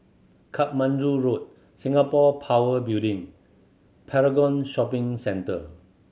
Katmandu Road Singapore Power Building Paragon Shopping Centre